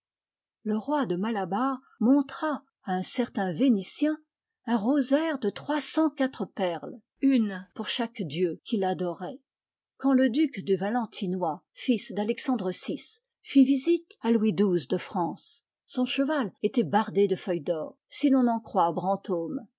le roi de malabar montra à un certain vénitien un rosaire de trois cent quatre perles une pour chaque dieu qu'il adorait quand le duc de valentinois fds d'alexandre vi fit visite à louis xii de france son cheval était bardé de feuilles d'or si l'on en croit brantôme